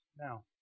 Now